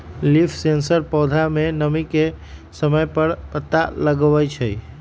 leaf sensor पौधा में नमी के समय पर पता लगवई छई